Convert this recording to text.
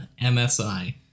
MSI